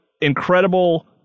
incredible